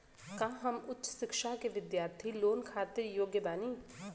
का हम उच्च शिक्षा के बिद्यार्थी लोन खातिर योग्य बानी?